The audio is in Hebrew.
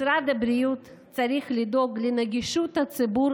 משרד הבריאות צריך לדאוג לנגישות הציבור